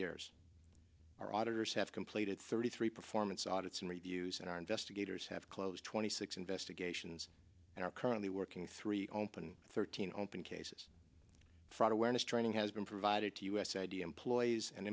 years our auditors have completed thirty three performance audits and reviews and our investigators have closed twenty six investigations and are currently working three open thirteen open cases fraud awareness training has been provided to us idea employees and